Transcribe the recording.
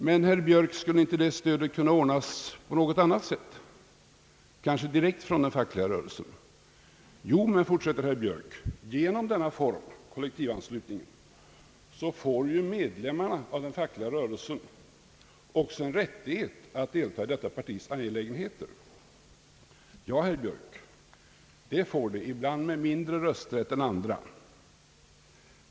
Men skulle inte det stödet, herr Björk, kunna ordnas på något annat sätt, kanske direkt från den fackliga rörelsen? Men, fortsätter herr Björk, genom denna form, kollektivanslutningen, får ju medlemmarna av den fackliga rörelsen också rättighet att delta i partiets rättigheter. Ja, herr Björk, det får de — ibland med mindre rösträtt än andra.